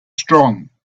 strong